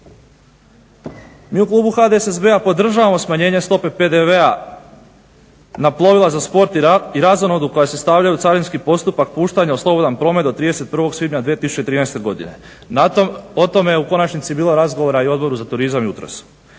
Mi u klubu HDSSB-a podržavamo smanjenje stope PDV-a na plovila za sport i razonodu koja se stavljaju u carinski postupak puštanja u slobodan promet od 31. svibnja 2013. godine. O tome je u konačnici bilo razgovora i na Odboru za turizam jutros.